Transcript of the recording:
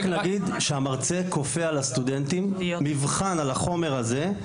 נגיד שהמרצה כופה על הסטודנטים מבחן על החומר הזה,